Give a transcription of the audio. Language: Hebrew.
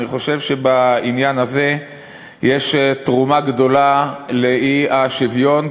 אני חושב שבעניין הזה יש תרומה גדולה לאי-שוויון,